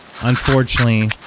unfortunately